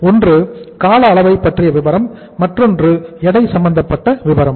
ஒன்று கால அளவை பற்றிய விபரம் மற்றும் இரண்டாவது எடை சம்பந்தப்பட்ட விபரம்